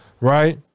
Right